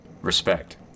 Respect